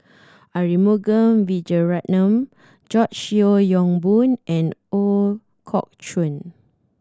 Arumugam Vijiaratnam George Yeo Yong Boon and Ooi Kok Chuen